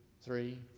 three